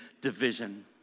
division